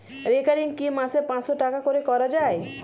Recurring কি মাসে পাঁচশ টাকা করে করা যায়?